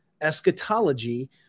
eschatology